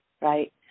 right